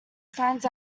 finds